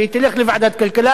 והיא תלך לוועדת הכלכלה,